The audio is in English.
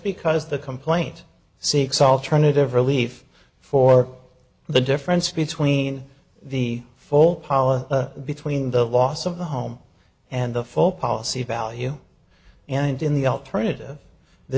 because the complaint seeks alternative relief for the difference between the full policy between the loss of the home and the folk policy value and in the alternative the